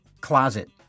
closet